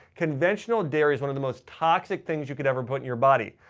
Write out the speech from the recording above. conventional dairy is one of the most toxic things you can ever put in your body.